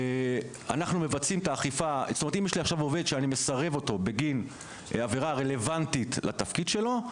אם יש לי עכשיו עובד שאני מסרב אותו בגין עבירה רלוונטית לתפקיד שלו,